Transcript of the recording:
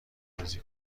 بازی